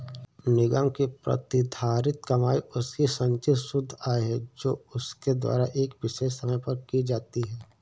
निगम की प्रतिधारित कमाई उसकी संचित शुद्ध आय है जो उसके द्वारा एक विशेष समय पर की जाती है